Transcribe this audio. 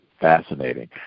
fascinating